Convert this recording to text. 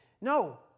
No